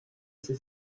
sie